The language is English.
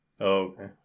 Okay